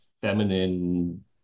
feminine